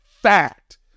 fact